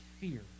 fear